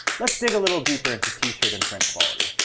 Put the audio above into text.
let's dig a little deeper into t-shirt and print quality.